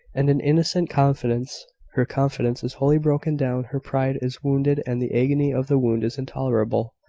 and an innocent confidence her confidence is wholly broken-down her pride is wounded and the agony of the wound is intolerable.